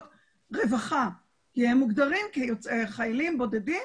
רווחה כי הם מוגדרים כחיילים בודדים